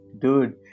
dude